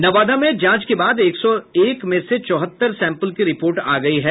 नवादा में जांच के बाद एक सौ एक में से चौहत्तर सैंपल की रिपोर्ट आ गयी है